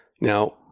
Now